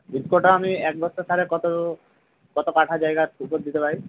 ইফকোটা আমি এক বস্তা সারে কত কত কাঠা জায়গার উপর দিতে পারি